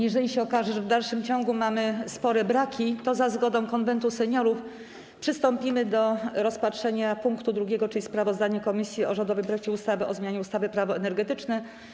Jeżeli się okaże, że w dalszym ciągu mamy spore braki, to za zgodą Konwentu Seniorów przystąpimy do rozpatrzenia punktu 2., czyli sprawozdania komisji o rządowym projekcie ustawy o zmianie ustawy - Prawo energetyczne.